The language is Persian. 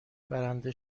برنده